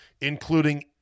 including